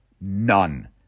None